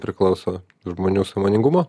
priklauso žmonių sąmoningumo